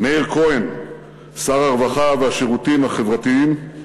מאיר כהן, שר הרווחה והשירותים החברתיים,